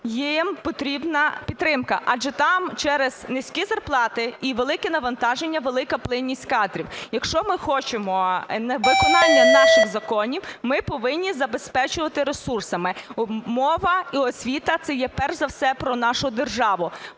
їм потрібна підтримка, адже там через низькі зарплати і велике навантаження велика плинність кадрів. Якщо ми хочемо виконання наших законів, ми повинні забезпечувати ресурсами. Мова і освіта – це є перш за все про нашу державу,